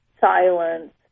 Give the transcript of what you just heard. silence